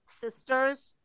sisters